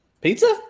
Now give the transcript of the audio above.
Pizza